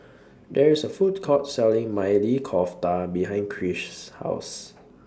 There IS A Food Court Selling Maili Kofta behind Krish's House